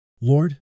Lord